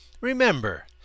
remember